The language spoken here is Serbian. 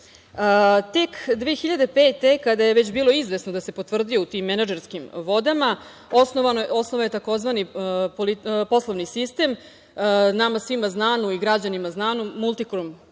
godine kada je već bilo izvesno da se potvrdio u tim menadžerskim vodama osnovao je tzv. poslovni sistem, nama svima znan i građanima znam Multikom